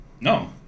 No